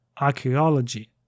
archaeology